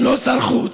לא שר חוץ.